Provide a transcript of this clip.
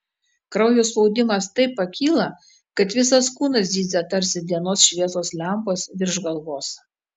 kraujo spaudimas taip pakyla kad visas kūnas zyzia tarsi dienos šviesos lempos virš galvos